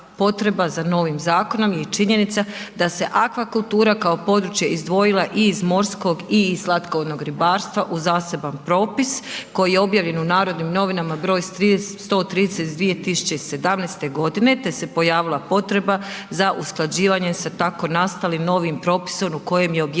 za novim zakonom je činjenica da se akvakultura kao područje izdvojila i iz morskog i iz slatkovodnog ribarstva u zaseban propis koji je objavljen u Narodnim novinama broj 130 iz 2017. godine te se pojavila potreba za usklađivanjem sa tako nastalim novim propisom u kojem je objedinjena